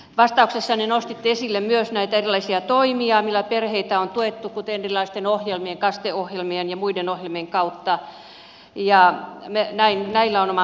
vastauksessanne nostitte esille myös erilaisia toimia joilla perheitä on tuettu kuten erilaisten ohjelmien kaste ohjelmien ja muiden ohjelmien kautta ja näillä on oma merkityksensä